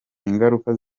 ingaruka